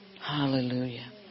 Hallelujah